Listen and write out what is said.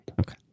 okay